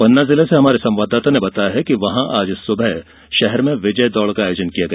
पन्ना से हमारे संवाददाता ने बताया है कि आज सुबह शहर में विजय दौड़ का आयोजन किया गया